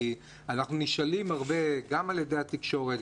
כי אנחנו נשאלים הרבה גם על ידי התקשורת,